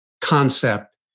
concept